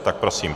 Tak prosím.